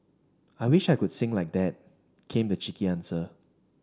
I wish I could sing like that came the cheeky answer